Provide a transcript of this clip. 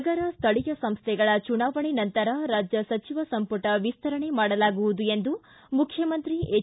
ನಗರ ಸ್ಥಳಿಯ ಸಂಸ್ಥೆಗಳ ಚುನಾವಣೆ ನಂತರ ರಾಜ್ಯ ಸಚಿವ ಸಂಪುಟ ವಿಸ್ತರಣೆ ಮಾಡಲಾಗುವುದು ಎಂದು ಮುಖ್ಯಮಂತ್ರಿ ಎಚ್